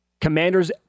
Commanders